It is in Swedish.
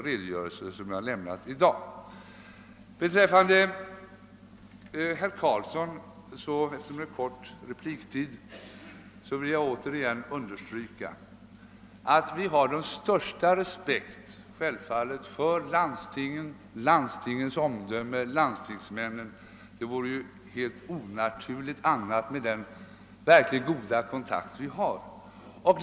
Med anledning av herr Karlssons replik vill jag återigen understryka att vi självfallet har den största respekt för landstingsmännen och deras omdöme. Det visar de goda kontakter vi har.